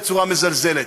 בצורה מזלזלת.